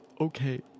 Okay